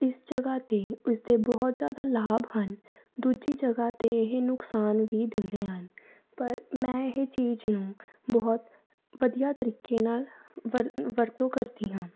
ਇਸ ਜਗ੍ਹਾ 'ਤੇ ਉਸਦੇ ਬਹੁਤ ਜ਼ਿਆਦਾ ਲਾਭ ਹਨ ਦੂਜੀ ਜਗ੍ਹਾ 'ਤੇ ਇਹ ਨੁਕਸਾਨ ਵੀ ਦਿੰਦੇ ਹਨ ਪਰ ਮੈਂ ਇਹ ਚੀਜ਼ ਨੂੰ ਬਹੁਤ ਵਧੀਆ ਤਰੀਕੇ ਨਾਲ ਵਰ ਵਰਤੋਂ ਕਰਦੀ ਹਾਂ